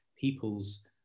people's